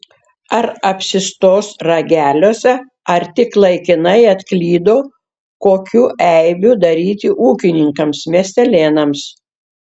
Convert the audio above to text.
ar apsistos rageliuose ar tik laikinai atklydo kokių eibių daryti ūkininkams miestelėnams